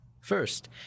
First